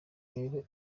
rero